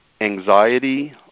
anxiety